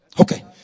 Okay